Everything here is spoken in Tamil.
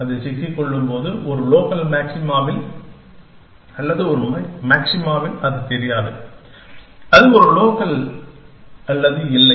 அது சிக்கிக்கொள்ளும்போது ஒரு லோக்கல் மாக்சிமாவில் அல்லது ஒரு மாக்சிமாவில் அது தெரியாது அது லோக்கல் அல்லது இல்லை